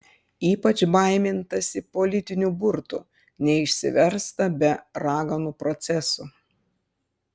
ypač baimintasi politinių burtų neišsiversta be raganų procesų